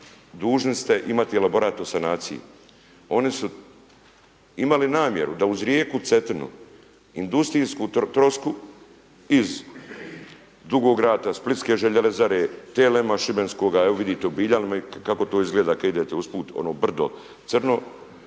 dužni ste imati elaborat o sanaciji. Oni su imali namjeru da uz rijeku Cetinu, industrijsku trosku iz Dugo rata, splitske željezare, TLM šbenskoga, evo vidite u Biljanima kako to izgleda kada idete usput ono brdo crno.